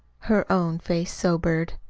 her own face sobered.